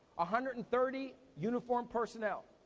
ah hundred and thirty uniformed personnel.